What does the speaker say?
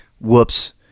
whoops